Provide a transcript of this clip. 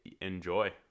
enjoy